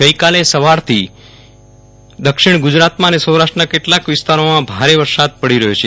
ગઈકાલે સવારથી દક્ષીણ ગુજરાત અને સૌરાષ્ટ્રના કેટલાક વિસ્તારોમાં ભારે વરસાદ પડી રહ્યો છે